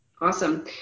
Awesome